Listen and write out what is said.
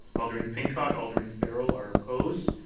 alderman pincott, alderman farrell are opposed.